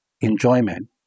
enjoyment